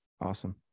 Awesome